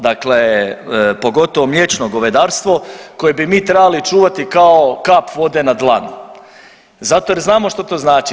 Dakle, pogotovo mliječno govedarstvo koje bi mi trebali čuvati kao kap vode na dlanu zato jer znamo što to znači.